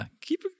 Keep